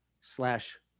slash